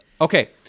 Okay